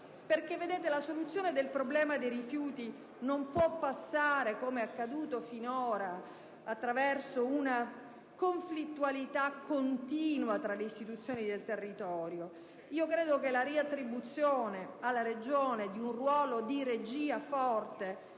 condivisa. La soluzione del problema dei rifiuti non può passare, com'è accaduto finora, attraverso una conflittualità continua tra le istituzioni del territorio. Io credo che la riattribuzione alla Regione di un ruolo di regìa forte